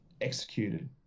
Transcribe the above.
executed